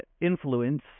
influence